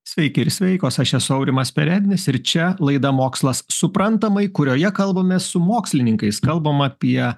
sveiki ir sveikos aš esu aurimas perednis ir čia laida mokslas suprantamai kurioje kalbamės su mokslininkais kalbam apie